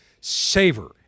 savor